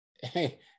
hey